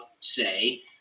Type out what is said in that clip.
say